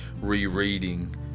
rereading